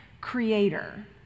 creator